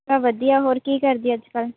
ਵਾ ਵਧੀਆ ਹੋਰ ਕੀ ਕਰਦੀ ਅੱਜ ਕੱਲ੍ਹ